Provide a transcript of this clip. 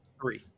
Three